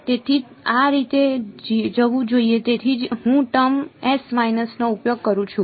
તેથી તે આ રીતે જવું જોઈએ તેથી જ હું ટર્મ નો ઉપયોગ કરું છું